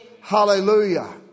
Hallelujah